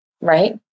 Right